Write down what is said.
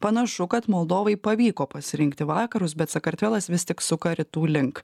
panašu kad moldovai pavyko pasirinkti vakarus bet sakartvelas vis tik suka rytų link